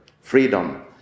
freedom